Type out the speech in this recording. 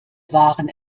waren